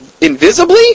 invisibly